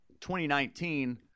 2019